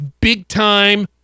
big-time